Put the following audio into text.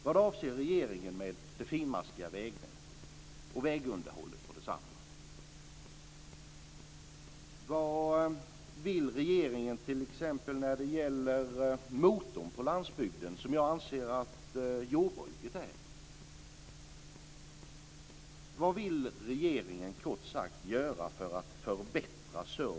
Vad avser regeringen göra med det finmaskiga vägnätet och vägunderhållet på detsamma? Vad vill regeringen när det gäller den motor på landsbygden som jag anser att jordbruket är?